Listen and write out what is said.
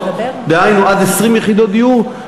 דהיינו עד 20 יחידות דיור,